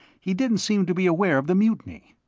he didn't seem to be aware of the mutiny.